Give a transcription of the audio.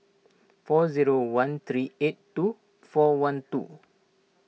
four zero one three eight two four one two